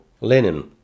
Linen